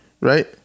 right